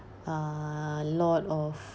a lot of